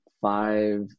five